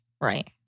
Right